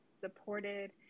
supported